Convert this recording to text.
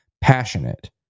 passionate